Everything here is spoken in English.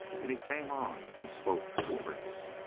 and he came on and spoke to the prince.